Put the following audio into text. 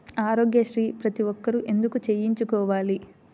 ఆరోగ్యశ్రీ ప్రతి ఒక్కరూ ఎందుకు చేయించుకోవాలి?